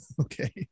Okay